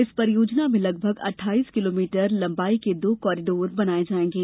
इस परियोजना में लगभग अट्ठाइस किलोमीटर लंबाई के दो कॉरीडोर बनाये जायेंगे